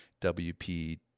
WP